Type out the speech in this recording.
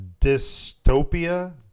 dystopia